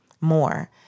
more